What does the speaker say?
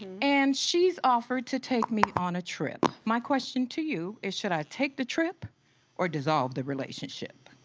and she's offered to take me on a trip. my question to you is should i take the trip or dissolve the relationship?